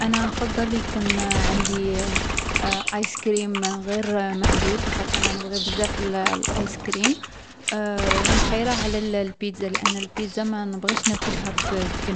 أنا نخيّر تكون عندي بيتزا ما تخلاصش خير من أيسكريم، لاخاطش هي لي تعتبر ماكلة و الأيسكريم اذا كثّرت